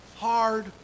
hard